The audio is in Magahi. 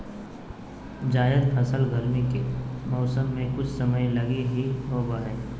जायद फसल गरमी के मौसम मे कुछ समय लगी ही होवो हय